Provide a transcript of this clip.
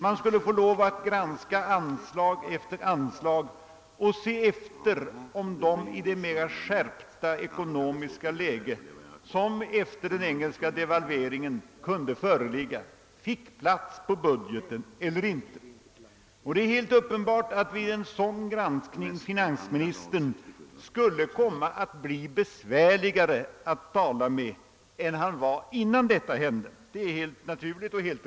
Man skulle få lov att granska anslag efter anslag och undersöka om de i det mera skärpta ekonomiska läge, som efter den engelska devalveringen kunde föreligga fick plats i budgeten eller inte. Och det är alldeles uppenbart att finansministern vid en sådan granskning skulle komma att bli besvärligare att tala med än han var före devalveringarna.